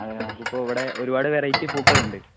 അത് നമുക്ക് ഇപ്പോൾ ഇവിടെ ഒരുപാട് വെറൈറ്റി പൂക്കളുണ്ട്